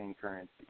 currency